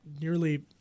nearly